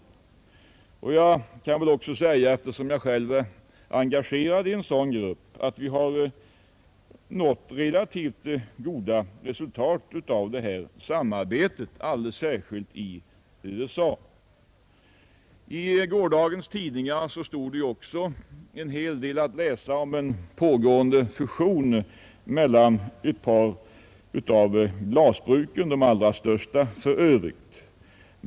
Eftersom jag själv är engagerad i en sådan grupp kan jag väl också säga att vi har nått relativt goda resultat genom detta samarbete, alldeles särskilt i USA. I gårdagens tidningar stod det en hel del att läsa om en pågående fusion mellan ett par av glasbruken, de allra största för övrigt.